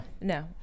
No